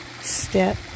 step